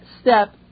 step